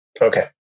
Okay